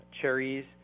cherries